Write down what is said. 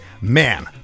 man